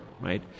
right